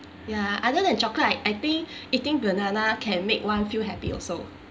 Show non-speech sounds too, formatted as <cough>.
ya other than chocolate I I think <breath> eating banana can make one feel happy also